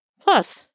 Plus